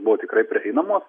buvo tikrai prieinamos